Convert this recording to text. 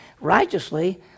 righteously